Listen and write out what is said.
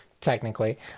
technically